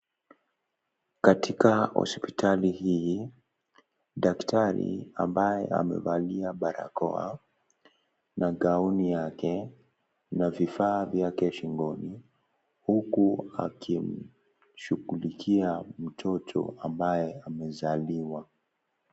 Katika hospitali hii, daktari, ambaye amevalia barakoa, na gauni yake, na vifaa vyake shingoni, huku akim, shugulikia mtoto ambaye amezaliwa.